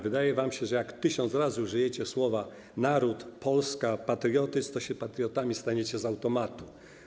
Wydaje wam się, że jak tysiąc razy użyjecie słów: naród, Polska, patriotyzm, to patriotami staniecie się z automatu.